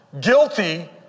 guilty